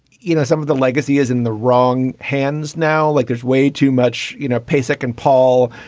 you know, some of the legacy is in the wrong hands now, like there's way too much. you know, pasek and paul,